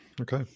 Okay